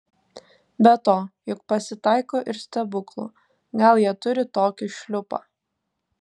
be to juk pasitaiko ir stebuklų gal jie turi tokį šliupą